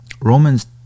Romans